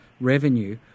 revenue